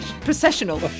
processional